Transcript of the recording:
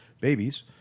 babies